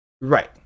right